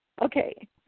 Okay